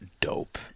dope